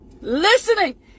Listening